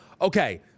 Okay